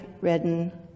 Redden